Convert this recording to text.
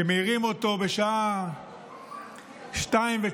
שמעירים אותו בשעה 02:19,